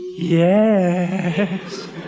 Yes